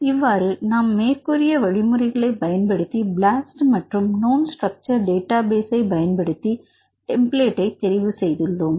இவ்வாறு நாம் மேற்கூறிய வழிமுறைகளை பயன்படுத்தி பிளாஸ்ட் மற்றும் க்னோன் ஸ்ட்ரக்சர் டேட்டா பேசை பயன்படுத்தி டெம்ப்ளேட்டை தெரிவு செய்துள்ளோம்